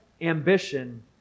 ambition